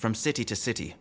from city to city